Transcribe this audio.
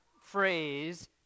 phrase